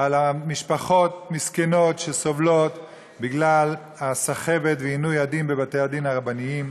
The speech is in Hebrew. משפחות מסכנות שסובלות בגלל הסחבת ועינוי הדין בבתי הדין הרבניים.